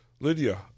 Lydia